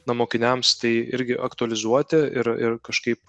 na mokiniams tai irgi aktualizuoti ir ir kažkaip